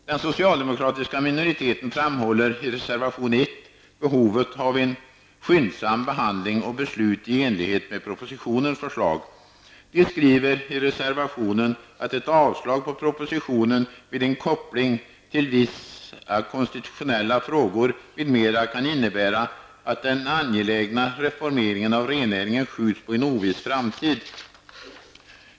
Den socialdemokratiska minoriteten framhåller i reservation 1 behovet av en skyndsam behandling och beslut i enlighet med propositionens förslag. I reservationen skriver man att ett avslag på propositionen med en koppling till vissa konstitutionella frågor m.m. kan innebära att den angelägna reformeringen av rennäringen skjuts på en oviss framtid.